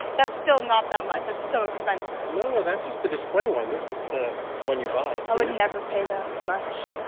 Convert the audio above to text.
that's still not that much. that's so expensive no, no, that's just the display one. this is the one you buy. see? i would never pay that much